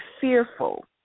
fearful